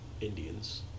Indians